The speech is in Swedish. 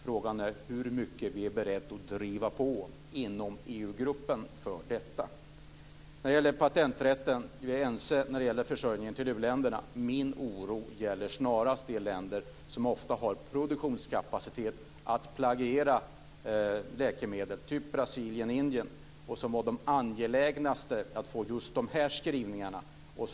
Frågan är hur mycket vi är beredda att driva på inom EU gruppen för detta. När det gäller patenträtten är jag ense med ministern när det gäller försörjningen till u-länderna. Min oro gäller snarast de länder som har produktionskapacitet att plagiera läkemedel, t.ex. Brasilien och Indien, och som var de mest angelägna att få just de här skrivningarna.